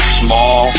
small